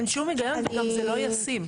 אין שום היגיון וגם זה לא ישים.